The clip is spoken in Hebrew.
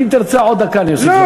אם תרצה עוד דקה, אני אוסיף לך.